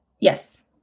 Yes